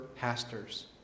pastors